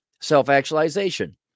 self-actualization